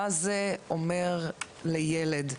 מה זה אומר לילד,